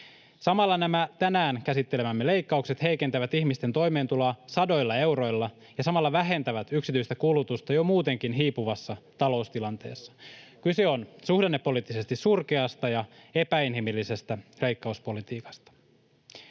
Samalla nämä tänään käsittelemämme leikkaukset heikentävät ihmisten toimeentuloa sadoilla euroilla ja samalla vähentävät yksityistä kulutusta jo muutenkin hiipuvassa taloustilanteessa. Kyse on suhdannepoliittisesti surkeasta ja epäinhimillisestä leikkauspolitiikasta.